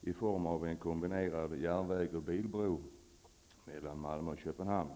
i form av en kombinerad järnvägs och bilbro skall byggas mellan Malmö och Köpenhamn.